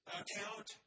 account